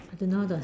I don't know how to